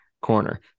corner